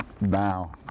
now